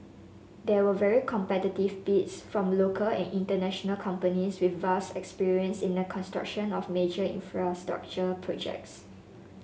there were very competitive bids from local and international companies with vast experience in the construction of major infrastructure projects